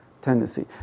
tendency